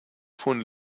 von